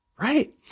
Right